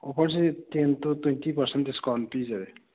ꯑꯣꯐꯔꯁꯤ ten to twenty percent discount ꯄꯤꯖꯔꯤ